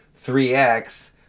3X